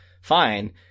fine